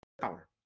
power